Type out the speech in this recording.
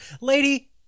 Lady